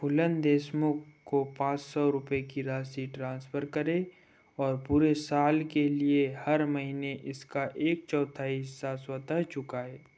फूलन देशमुख को पांच सौ रुपये की राशि ट्रांसफ़र करें और पूरे साल के लिए हर महीने इसका एक चौथाई हिस्सा स्वतः चुकाएं